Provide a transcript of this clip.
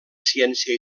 ciència